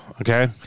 Okay